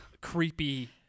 creepy